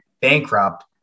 bankrupt